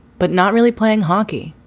but not really playing hockey.